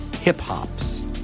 hip-hops